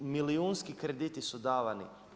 Milijunski krediti su davani.